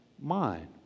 mind